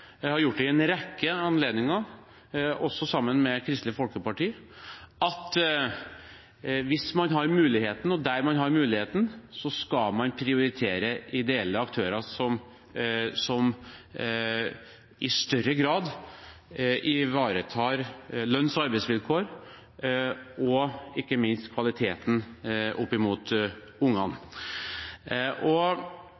jeg har gjort det ved en rekke anledninger – også sammen med Kristelig Folkeparti at hvis man har muligheten, og der man har muligheten, skal man prioritere ideelle aktører som i større grad ivaretar lønns- og arbeidsvilkår og ikke minst kvaliteten for ungene.